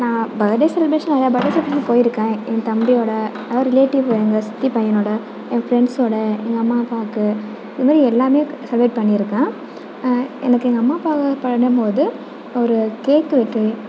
நான் birthday celebration நிறையா birthday celebration போயிருக்கேன் என் தம்பியோட அதாவது ரிலேட்டிவ் எங்கள் சித்தி பையனோட என் ஃப்ரெண்ட்ஸோட எங்கள் அம்மா அப்பாவுக்கு இது மாதிரி எல்லாமே செலப்ரேட் பண்ணியிருக்கேன் எனக்கு எங்கள் அம்மா அப்பாவை பண்ணும் போது ஒரு கேக்கு வெட்டி